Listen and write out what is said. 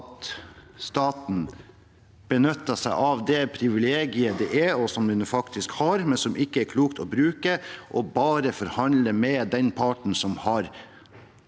at staten benytter seg av det privilegiet det er – som den faktisk har, men som det ikke er klokt å bruke – å bare forhandle med den parten som har